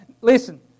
Listen